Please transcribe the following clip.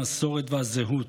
המסורת והזהות.